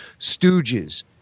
stooges